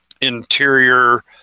interior